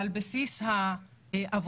על בסיס עבודה,